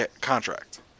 contract